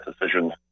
decision